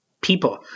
people